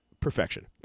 perfection